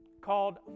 called